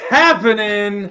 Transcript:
happening